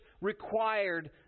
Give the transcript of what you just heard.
required